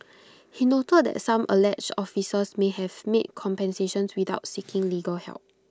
he noted that some alleged officers may have made compensations without seeking legal help